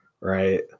right